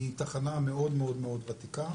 היא תחנה מאוד ותיקה.